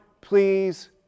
please